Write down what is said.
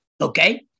okay